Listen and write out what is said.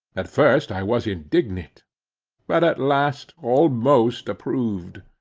at first i was indignant but at last almost approved.